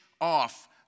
off